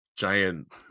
giant